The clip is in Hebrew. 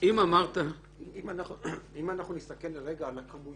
אם נסתכל רגע על הכמויות